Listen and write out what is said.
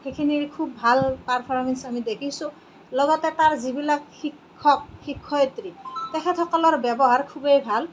সেইখিনিৰ খুব ভাল পাৰ্ফমেঞ্চ আমি দেখিছোঁ লগতে তাৰ যিবিলাক শিক্ষক শিক্ষয়িত্ৰী তেখেতসকলৰ ব্য়ৱহাৰ খুবেই ভাল